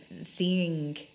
seeing